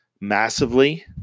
massively